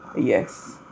Yes